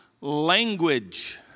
language